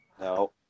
No